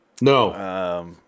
No